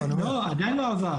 לא, עדיין לא עבר.